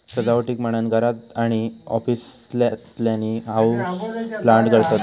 सजावटीक म्हणान घरात आणि ऑफिसातल्यानी हाऊसप्लांट करतत